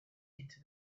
into